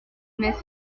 mais